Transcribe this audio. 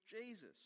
Jesus